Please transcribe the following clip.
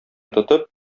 тотып